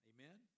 Amen